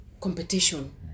competition